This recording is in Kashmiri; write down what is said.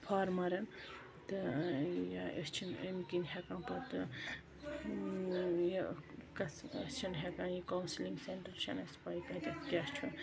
فارمٲرن تہٕ أسۍ چھِنہٕ امہِ کِنۍ ہیٚکان پَتہٕ یہِ کَسہٕ أسۍ چھنہٕ ہیٚکان یہِ کَوسِلِنگ سینٹر چھنہٕ اَسہِ پَتہ کَتٮ۪ن کیاہ چھُ